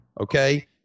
Okay